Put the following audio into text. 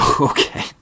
Okay